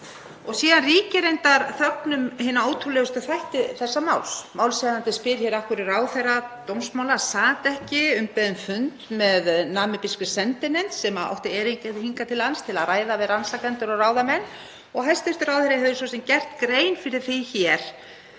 Síðan ríkir reyndar þögn um hina ótrúlegustu þætti þessa máls. Málshefjandi spyr af hverju ráðherra dómsmála sat ekki umbeðinn fund með namibískri sendinefnd sem átti erindi hingað til lands til að ræða við rannsakendur og ráðamenn og hæstv. ráðherra hefur svo sem gert grein fyrir því hér